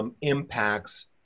impacts